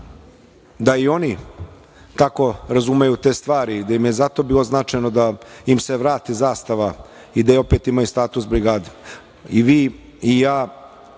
da i oni tako razumeju te stvari i da im je zato bilo značajno da im se vrati zastava i da opet imaju status brigade. I vi i ja,